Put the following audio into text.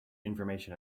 information